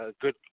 good